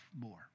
more